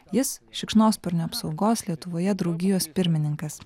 jis šikšnosparnių apsaugos lietuvoje draugijos pirmininkas